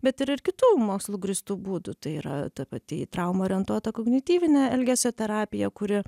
bet yra ir kitų mokslu grįstų būdų tai yra ta pati į traumą orientuota kognityvinė elgesio terapija kuri